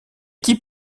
qui